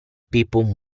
people